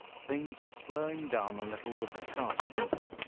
things were slowing down a little with the start of winter.